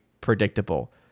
predictable